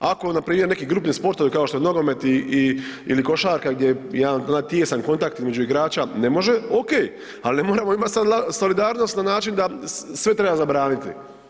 Ako npr. neki grupni sportovi kao što je nogomet ili košarka gdje je jedan onaj tijesan kontakt između igrača ne može ok, ali ne moramo imat sad solidarnost na način da sve treba zabraniti.